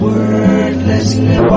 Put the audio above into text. Wordlessly